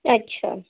اچھا